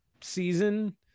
season